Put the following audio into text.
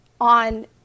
on